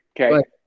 Okay